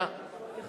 מצביע ישראל אייכלר,